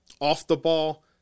off-the-ball